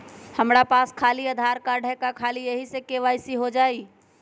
हमरा पास खाली आधार कार्ड है, का ख़ाली यही से के.वाई.सी हो जाइ?